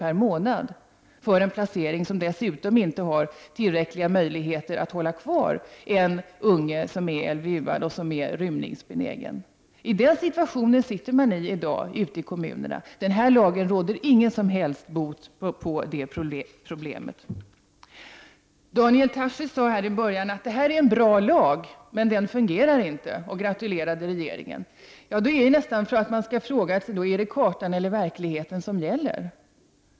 per månad, och detta för en plats som dessutom inte innebär tillräckliga möjligheter att hålla kvar en unge som är s.k. LVU-are och som är rymningsbenägen. Den situationen har man nu ute i kommunerna, och den här lagen råder ingen som helst bot på det problemet. Daniel Tarschys började med att säga att det här är en bra lag, men den fungerar inte, och han gratulerade regeringen. Då vill man nästan fråga: Är det kartan eller verkligheten som gäller?